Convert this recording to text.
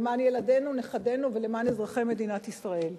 אלא למען ילדינו ונכדינו ולמען אזרחי מדינת ישראל.